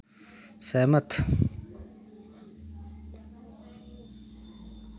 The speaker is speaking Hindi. सहमत